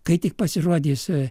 kai tik pasirodys